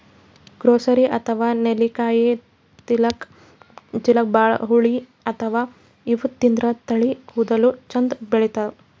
gooseberry ಅಥವಾ ನೆಲ್ಲಿಕಾಯಿ ತಿಲ್ಲಕ್ ಭಾಳ್ ಹುಳಿ ಇರ್ತವ್ ಇವ್ ತಿಂದ್ರ್ ತಲಿ ಕೂದಲ ಚಂದ್ ಬೆಳಿತಾವ್